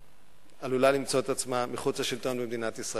עלולה למצוא את עצמה מחוץ לשלטון במדינת ישראל.